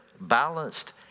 balanced